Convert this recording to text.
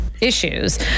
issues